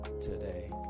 today